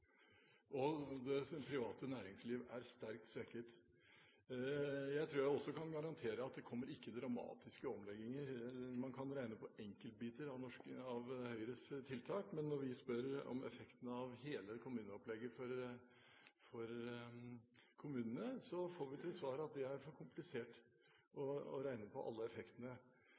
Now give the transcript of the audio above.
og det private næringsliv er sterkt svekket. Jeg tror jeg også kan garantere at det ikke kommer dramatiske omlegginger. Man kan regne på enkeltbiter av Høyres tiltak, men når vi spør om effekten av hele kommuneopplegget for kommunene, får vi til svar at det er for komplisert å regne på alle effektene.